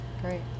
Great